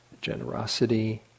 generosity